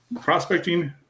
Prospecting